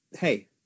Hey